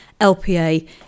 LPA